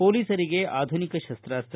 ಪೊಲೀಸರಿಗೆ ಆಧುನಿಕ ಶಸ್ತಾಸ್ತ್ರ